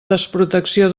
desprotecció